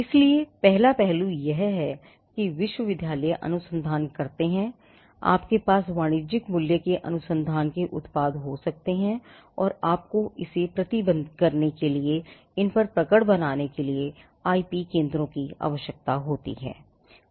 इसलिए पहला पहलू यह है कि विश्वविद्यालय अनुसंधान करते हैं आपके पास वाणिज्यिक मूल्य के अनुसंधान के उत्पाद हो सकते हैं और आपको इसे प्रबंधित करने और इन पर पकड़ बनाने के लिए आईपी केंद्रों की आवश्यकता होती है